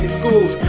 schools